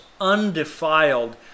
undefiled